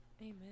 Amen